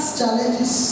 challenges